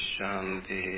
Shanti